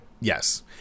Yes